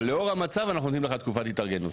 אבל לאור המצב אנחנו נותנים לך תקופת התארגנות.